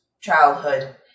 childhood